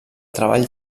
treball